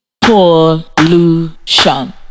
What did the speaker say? Pollution